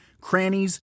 crannies